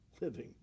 living